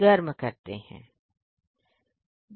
ठीक है